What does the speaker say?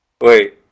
Wait